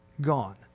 gone